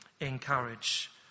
encourage